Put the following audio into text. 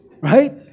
Right